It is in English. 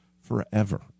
forever